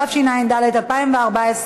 התשע"ד 2014,